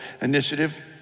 initiative